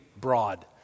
broad